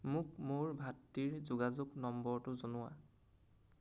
মোক মোৰ ভাতৃৰ যোগাযোগ নম্বৰটো জনোৱা